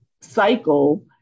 cycle